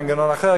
מנגנון אחר,